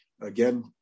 Again